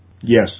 Yes